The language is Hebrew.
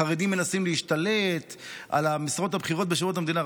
החרדים מנסים להשתלט על המשרות הבכירות בשירות המדינה.